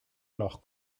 alors